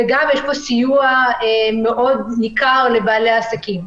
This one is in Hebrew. וגם יש פה סיוע ניכר לבעלי העסקים.